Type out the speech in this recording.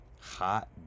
hot